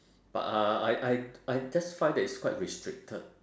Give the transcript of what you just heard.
but uh I I I just find that it's quite restricted